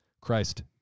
Christ